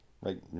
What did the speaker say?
Right